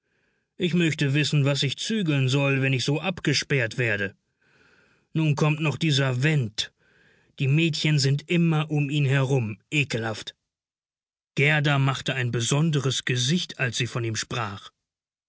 ich möchte wissen was ich zügeln soll wenn ich so abgesperrt werde nun kommt noch dieser went die mädchen sind immer um ihn herum ekelhaft gerda machte ein besonderes gesicht als sie von ihm sprach